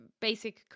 basic